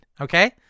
okay